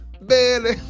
belly